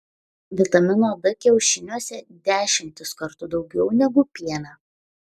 vitamino d kiaušiniuose dešimtis kartų daugiau negu piene